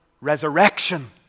Resurrection